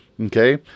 Okay